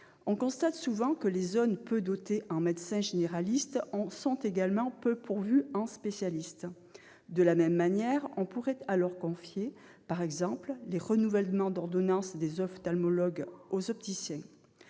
On constate souvent que les zones peu dotées en médecins généralistes sont également peu pourvues en spécialistes. De la même manière, on pourrait alors confier, par exemple, les renouvellements d'ordonnances des ophtalmologues aux opticiens.